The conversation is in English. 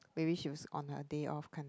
maybe she was on her day off kind a